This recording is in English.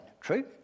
True